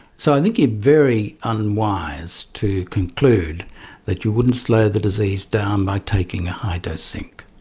so i think you're very unwise to conclude that you wouldn't slow the disease down by taking a high dose zinc.